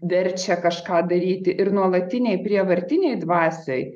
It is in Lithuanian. verčia kažką daryti ir nuolatinėj prievartinėj dvasioj